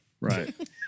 Right